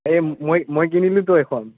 এই মই মই কিনিলোঁ তো এখন